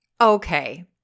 Okay